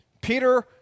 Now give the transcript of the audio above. Peter